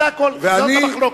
זה הכול, זאת המחלוקת.